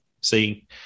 see